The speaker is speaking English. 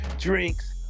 Drinks